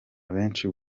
abenshi